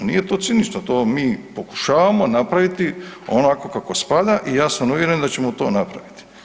Nije to cinično, to mi pokušavamo napraviti onako kako spada i ja sam uvjeren da ćemo to napraviti.